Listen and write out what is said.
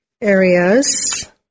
areas